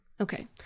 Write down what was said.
Okay